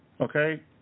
Okay